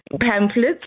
pamphlets